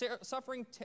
suffering